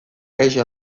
kaixo